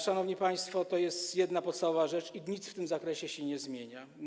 Szanowni państwo, to jest jedna podstawowa rzecz i nic w tym zakresie się nie zmienia.